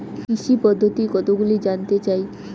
কৃষি পদ্ধতি কতগুলি জানতে চাই?